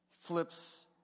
flips